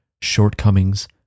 shortcomings